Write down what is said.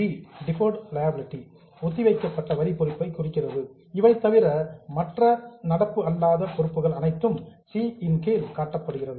B deferred tax liability ஒத்திவைக்கப்பட்ட வரி பொறுப்பை குறிக்கிறது இவை தவிர மற்ற நான் கரெண்ட் லியாபிலிடீஸ் நடப்பு அல்லாத பொறுப்புகள் அனைத்தும் சி இன் கீழ் காட்டப்படுகின்றன